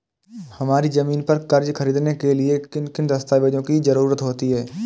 हमारी ज़मीन पर कर्ज ख़रीदने के लिए किन किन दस्तावेजों की जरूरत होती है?